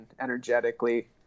energetically